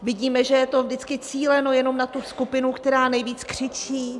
Vidíme, že je to vždycky cíleno jenom na tu skupinu, která nejvíc křičí.